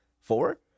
Four